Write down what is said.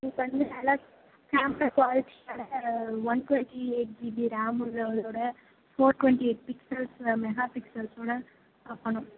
எனக்கு வந்து நல்லா கேமரா குவாலிட்டியோட one twenty eight GB RAM உள்ளதோடு ஃபோர் ட்வெண்ட்டி எயிட் பிக்சல்ஸில் மெகா பிக்சல்ஸோடு பார்க்கணும்